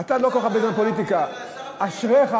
עכשיו,